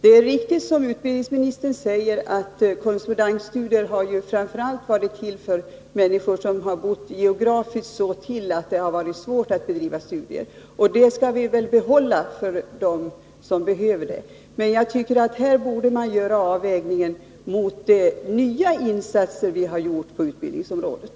Det är riktigt som utbildningsministern säger, att korrespondensstudier framför allt varit till för människor som bott geografiskt så till att de haft svårt att bedriva studier på annat sätt, och den möjligheten skall vi väl behålla för dem som behöver den. Men jag tycker att man borde göra en avvägning mot de nya insatser som vi har genomfört på utbildningsområdet.